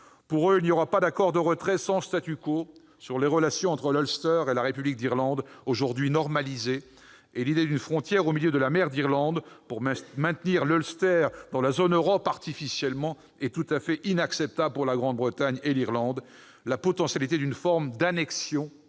Pour eux, il n'y aura pas d'accord de retrait sans quant aux relations entre l'Ulster et la République d'Irlande, aujourd'hui normalisées. L'idée d'une frontière au milieu de la mer d'Irlande, pour maintenir artificiellement l'Ulster dans la zone Europe, est tout à fait inacceptable pour la Grande-Bretagne et l'Irlande, toute forme d'annexion